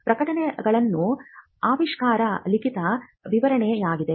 ಪ್ರಕಟಣೆಗಳು ಆವಿಷ್ಕಾರದ ಲಿಖಿತ ವಿವರಣೆಯಾಗಿದೆ